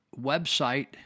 website